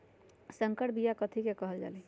संकर बिया कथि के कहल जा लई?